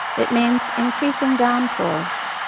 it means increasing downpours,